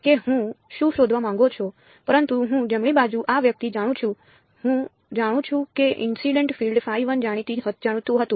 કે હું શું શોધવા માંગો છો પરંતુ હું જમણી બાજુ આ વ્યક્તિ જાણું છું હું જાણું છું કે ઇનસિડેન્ટ ફીલ્ડ જાણીતું છે